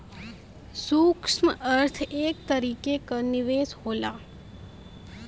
सूक्ष्म अर्थ एक तरीके क निवेस होला